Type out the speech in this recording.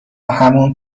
همون